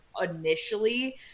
initially